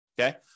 okay